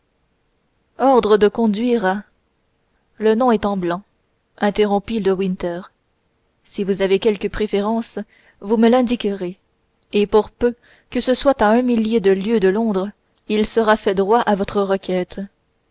ordre de conduire à le nom est en blanc interrompit de winter si vous avez quelque préférence vous me l'indiquerez et pour peu que ce soit à un millier de lieues de londres il sera fait droit à votre requête